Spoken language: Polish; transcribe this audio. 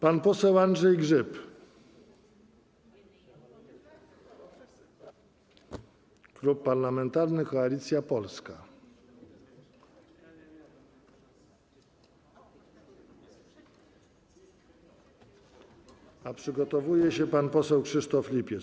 Pan poseł Andrzej Grzyb, Klub Parlamentarny Koalicja Polska, a przygotowuje się pan poseł Krzysztof Lipiec.